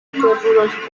rudolf